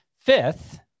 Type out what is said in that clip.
Fifth